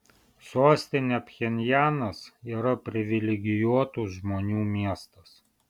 sostinė pchenjanas yra privilegijuotų žmonių miestas